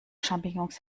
champignons